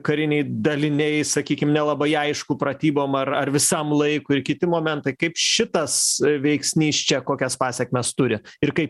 kariniai daliniai sakykim nelabai aišku pratybom ar ar visam laikui kiti momentai kaip šitas veiksnys čia kokias pasekmes turi ir kaip